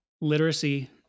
literacy